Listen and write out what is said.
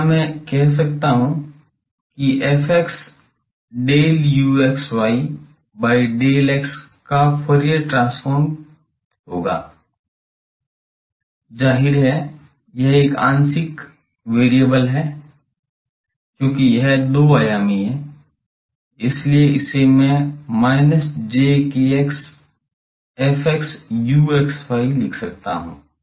तो क्या मैं कह सकता हूं कि Fx del u by del x का फूरियर ट्रांसफॉर्म होगा जाहिर है यह एक आंशिक चर है क्योंकि यह दो आयामी है इसलिए इसे मैं minus j kx Fxu लिख सकता हूं